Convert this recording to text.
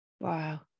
Wow